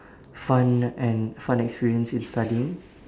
fun and fun experience in studying